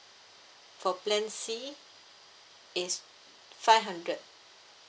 for plan C it's five hundred